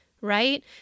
right